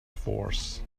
force